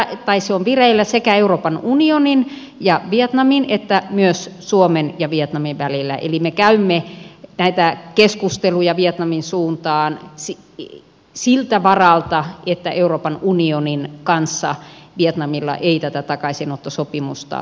se on vireillä sekä euroopan unionin ja vietnamin että myös suomen ja vietnamin välillä eli me käymme näitä keskusteluja vietnamin suuntaan siltä varalta että euroopan unionin kanssa vietnamilla ei tätä takaisinottosopimusta syntyisi